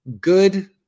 Good